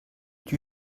que